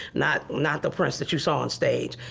not not the prince that you saw on stage.